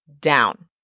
down